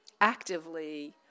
actively